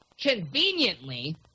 conveniently